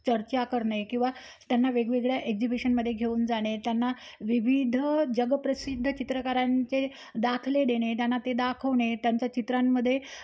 चर्चा करणे किंवा त्यांना वेगवेगळ्या एक्झिबिशनमध्ये घेऊन जाणे त्यांना विविध जगप्रसिद्ध चित्रकारांचे दाखले देणे त्यांना ते दाखवणे त्यांच्या चित्रांमध्ये